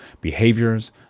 behaviors